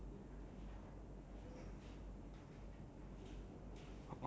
ya okay then on top of the taxi